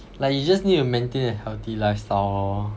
like you just need to maintain a healthy lifestyle lor